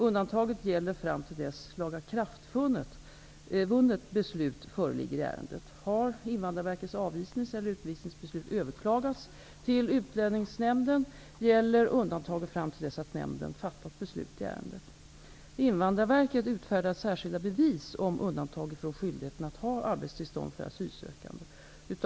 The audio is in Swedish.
Undantaget gäller fram till dess lagakraftvunnet beslut föreligger i ärendet. Har Invandrarverket utfärdar särskilda bevis om undantag från skyldigheten att ha arbetstillstånd för asylsökande.